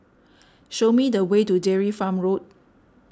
show me the way to Dairy Farm Road